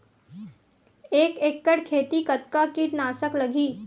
एक एकड़ खेती कतका किट नाशक लगही?